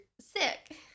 sick